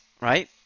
right